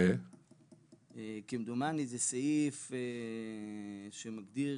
כמדומני, זה סעיף שמגדיר